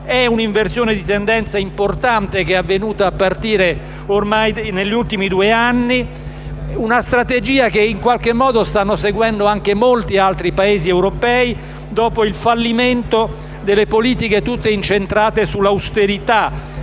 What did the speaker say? è una inversione di tendenza importante che è avvenuta ormai negli ultimi due anni, una strategia che stanno seguendo anche molti altri Paesi europei dopo il fallimento delle politiche tutte incentrate sull'austerità, che